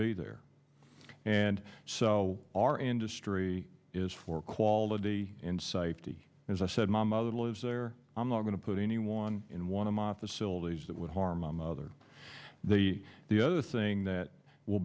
be there and so our industry is for quality and safety as i said my mother lives there i'm not going to put anyone in one of my facilities that would harm on the other the the other thing that will